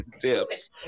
Tips